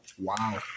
Wow